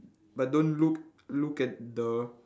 but don't look look at the